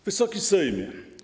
Wysoki Sejmie!